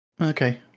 Okay